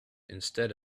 instead